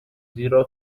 زیرا